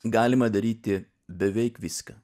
galima daryti beveik viską